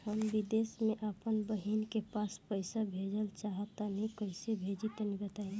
हम विदेस मे आपन बहिन के पास पईसा भेजल चाहऽ तनि कईसे भेजि तनि बताई?